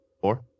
Four